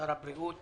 שר הבריאות,